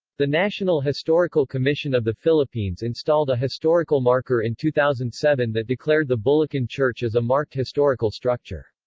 the national historical commission of the philippines installed a historical marker in two thousand and seven that declared the bulakan church as a marked historical structure.